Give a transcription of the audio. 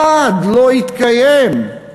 אחד לא התקיים.